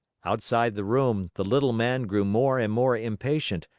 outside the room, the little man grew more and more impatient,